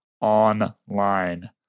online